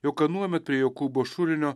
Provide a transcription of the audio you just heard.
jog anuomet prie jokūbo šulinio